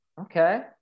Okay